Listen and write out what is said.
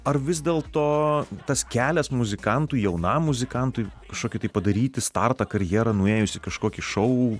ar vis dėl to tas kelias muzikantui jaunam muzikantui kažkokį tai padaryti startą karjerą nuėjus į kažkokį šou